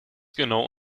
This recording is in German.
genau